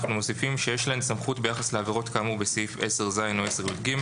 אנחנו מוסיפים "שיש להן סמכות ביחס לעבירות כאמור בסעיף 10ז או 10יג".